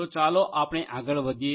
તો ચાલો આપણે આગળ વધીએ